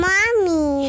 Mommy